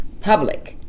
public